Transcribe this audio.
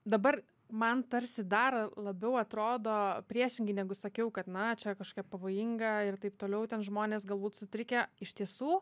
dabar man tarsi dar labiau atrodo priešingai negu sakiau kad na čia kažkokie pavojinga ir taip toliau ten žmonės galbūt sutrikę iš tiesų